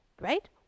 right